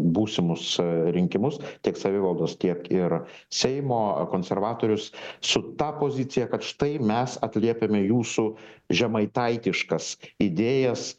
būsimus rinkimus tiek savivaldos tiek ir seimo konservatorius su ta pozicija kad štai mes atliepiame jūsų žemaitaitiškas idėjas